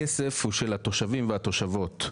הכסף הוא של התושבים והתושבות,